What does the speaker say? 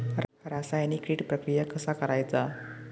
रासायनिक कीड प्रक्रिया कसा करायचा?